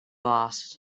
lost